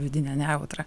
vidinę nejautrą